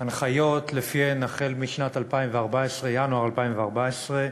הנחיות שלפיהן החל מינואר 2014,